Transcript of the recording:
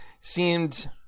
seemed